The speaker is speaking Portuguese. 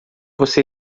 você